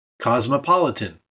Cosmopolitan